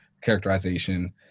characterization